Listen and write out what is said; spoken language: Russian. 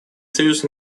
союз